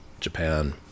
Japan